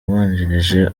wabanjirije